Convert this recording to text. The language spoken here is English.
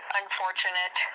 unfortunate